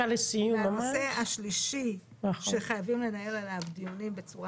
הנושא השלישי שחייבים לנהל עליו דיונים בצורה